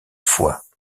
fois